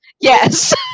Yes